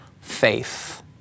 faith